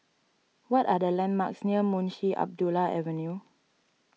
what are the landmarks near Munshi Abdullah Avenue